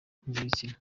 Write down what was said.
mpuzabitsina